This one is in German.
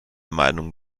meinung